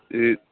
ای